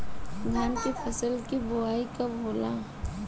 धान के फ़सल के बोआई कब होला?